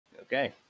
Okay